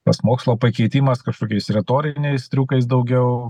tas mokslo pakeitimas kažkokiais retoriniais triukais daugiau